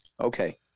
Okay